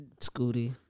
Scooty